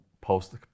post